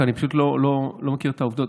כי אני פשוט לא מכיר את העובדות,